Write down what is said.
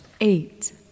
Eight